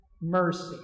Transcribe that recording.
mercy